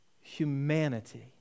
humanity